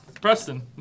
Preston